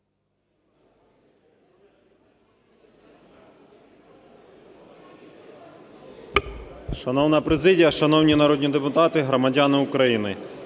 Шановна президія, шановні народні депутати, громадяни України!